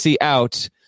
out